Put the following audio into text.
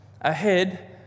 ahead